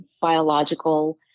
biological